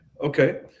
Okay